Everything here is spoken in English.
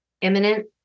imminent